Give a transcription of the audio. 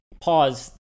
pause